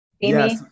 Yes